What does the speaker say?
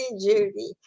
Judy